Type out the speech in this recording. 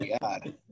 God